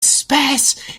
sparse